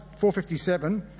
457